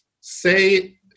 say